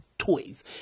toys